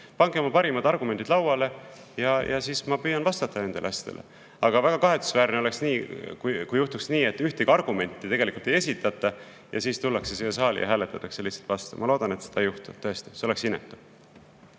Pange oma parimad argumendid lauale ja siis ma püüan nendele asjadele vastata. Aga väga kahetsusväärne oleks, kui juhtuks nii, et ühtegi argumenti tegelikult ei esitata ja siis tullakse siia saali ja hääletatakse lihtsalt [eelnõu] vastu. Ma loodan, et seda ei juhtu, tõesti, see oleks inetu.